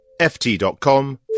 ft.com